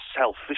Selfish